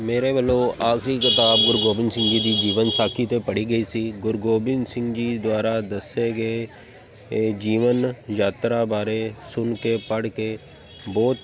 ਮੇਰੇ ਵੱਲੋਂ ਆਖਰੀ ਕਿਤਾਬ ਗੁਰੂ ਗੋਬਿੰਦ ਸਿੰਘ ਜੀ ਦੀ ਜੀਵਨ ਸਾਖੀ 'ਤੇ ਪੜ੍ਹੀ ਗਈ ਸੀ ਗੁਰੂ ਗੋਬਿੰਦ ਸਿੰਘ ਜੀ ਦੁਆਰਾ ਦੱਸੇ ਗਏ ਇਹ ਜੀਵਨ ਯਾਤਰਾ ਬਾਰੇ ਸੁਣ ਕੇ ਪੜ੍ਹ ਕੇ ਬਹੁਤ